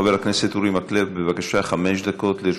חבר הכנסת אורי מקלב, בבקשה, חמש דקות לרשותך.